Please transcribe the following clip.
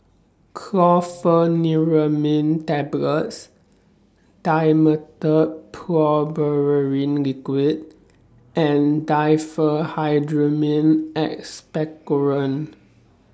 Chlorpheniramine Tablets Dimetapp Brompheniramine Liquid and Diphenhydramine Expectorant